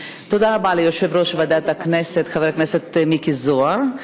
תודה רבה ליושב-ראש ועדת הכנסת חבר הכנסת מיקי זוהר.